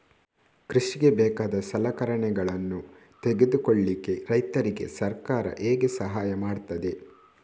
ಕೃಷಿಗೆ ಬೇಕಾದ ಸಲಕರಣೆಗಳನ್ನು ತೆಗೆದುಕೊಳ್ಳಿಕೆ ರೈತರಿಗೆ ಸರ್ಕಾರ ಹೇಗೆ ಸಹಾಯ ಮಾಡ್ತದೆ?